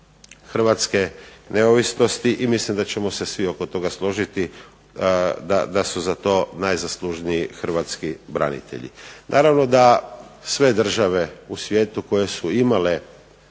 hrvatske neovisnosti i mislim da ćemo se svi oko toga složiti da su za to najzaslužniji hrvatski branitelji. Naravno da sve države u svijetu koje su imale